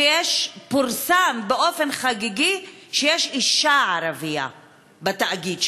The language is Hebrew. פורסם באופן חגיגי שיש אישה ערבייה בתאגיד,